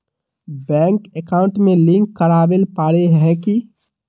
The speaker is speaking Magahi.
बैंक अकाउंट में लिंक करावेल पारे है की?